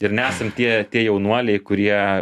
ir nesam tie tie jaunuoliai kurie